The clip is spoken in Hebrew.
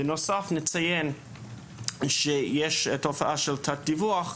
בנוסף נציין שיש תופעה של תת-דיווח,